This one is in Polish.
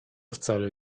wcale